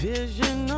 Vision